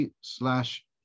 slash